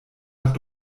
hat